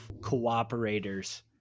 cooperators